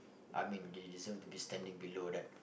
I mean they deserve to be standing below that